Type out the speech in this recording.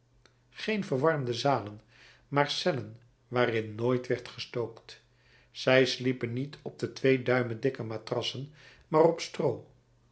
geen verwarmde zalen maar cellen waarin nooit werd gestookt zij sliepen niet op twee duim dikke matrassen maar op stroo